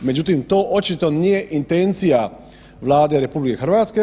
Međutim, to očito nije intencija Vlade RH.